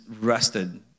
rested